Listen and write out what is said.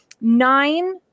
nine